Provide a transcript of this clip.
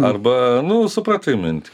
arba nu supratai mintį